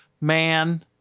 man